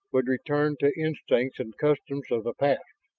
would return to instincts and customs of the past.